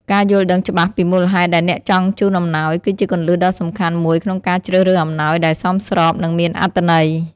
ការយល់ដឹងច្បាស់ពីមូលហេតុដែលអ្នកចង់ជូនអំណោយ គឺជាគន្លឹះដ៏សំខាន់មួយក្នុងការជ្រើសរើសអំណោយដែលសមស្រប និងមានអត្ថន័យ។